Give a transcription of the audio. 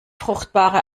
fruchtbare